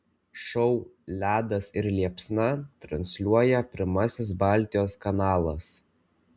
šou ledas ir liepsna transliuoja pirmasis baltijos kanalas